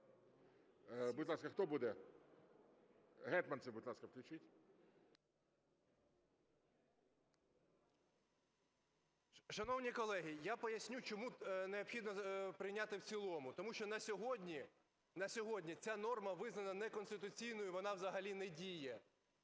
Будь ласка, хто буде? Гетманцев, будь ласка, включіть… 12:53:10 ГЕТМАНЦЕВ Д.О. Шановні колеги, я поясню, чому необхідно прийняти в цілому. Тому що на сьогодні ця норма визнана неконституційною, вона взагалі не діє.